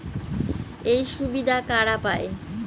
এই সুবিধা কারা পায়?